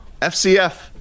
FCF